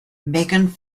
megan